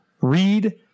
read